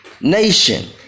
nation